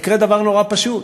יקרה דבר נורא פשוט,